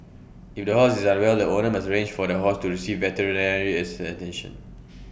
if the horse is unwell the owner must arrange for the horse to receive veterinary is attention